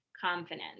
confidence